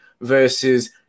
Versus